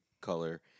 Color